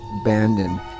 abandoned